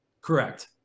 Correct